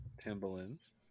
Timberlands